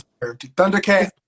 Thundercat